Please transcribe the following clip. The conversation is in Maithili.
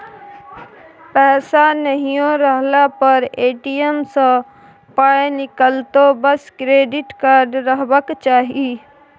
पैसा नहियो रहला पर ए.टी.एम सँ पाय निकलतौ बस क्रेडिट कार्ड रहबाक चाही